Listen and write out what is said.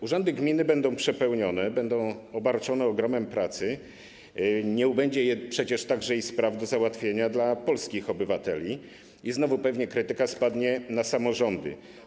Urzędy gmin będą przepełnione, będą obarczone ogromem pracy, nie ubędzie im przecież także spraw do załatwienia dla polskich obywateli, i znowu pewnie krytyka spadnie na samorządy.